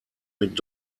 mit